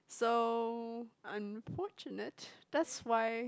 so I'm fortunate that's why